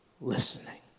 listening